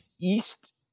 east